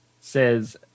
says